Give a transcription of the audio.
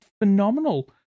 phenomenal